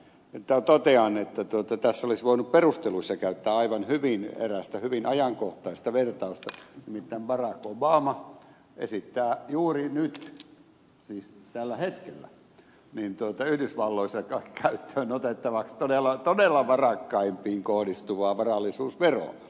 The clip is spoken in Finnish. mutta totean että tässä olisi voinut perusteluissa käyttää aivan hyvin erästä hyvin ajankohtaista vertausta nimittäin barack obama esittää juuri nyt siis tällä hetkellä yhdysvalloissa käyttöön otettavaksi todella varakkaimpiin kohdistuvaa varallisuusveroa